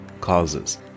causes